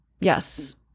yes